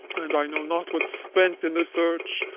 and i know not what's spent in the search.